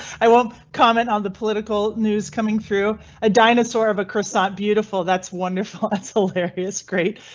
i won't comment on the political news coming through a dinosaur of a croissant. beautiful, that's wonderful. that's hilarious. great,